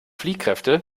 fliehkräfte